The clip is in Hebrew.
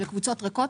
אלה קבוצות ריקות?